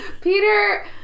Peter